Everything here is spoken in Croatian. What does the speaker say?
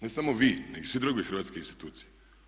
Ne samo vi, nego i sve druge hrvatske institucije.